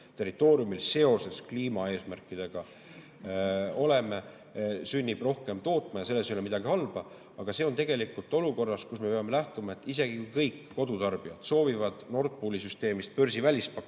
territooriumil seoses kliimaeesmärkidega oleme, rohkem tootma ja selles ei ole midagi halba. Aga see toimub tegelikult olukorras, kus me peame lähtuma sellest, et isegi kui kõik kodutarbijad soovivad Nord Pooli süsteemist börsivälist